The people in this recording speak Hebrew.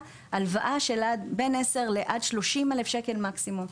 הלוואה של בין 10 עד 30,000 שקלים מקסימום.